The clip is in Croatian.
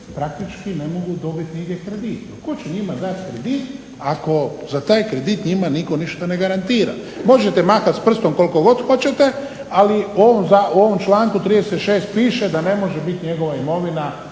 praktički ne mogu dobit nigdje kredit. Tko će njima dati kredit, ako za taj kredit njima nitko ništa ne garantira. Možete mahati s prstom koliko god hoćete, ali u ovom članku 36. piše da ne može bit njegova imovina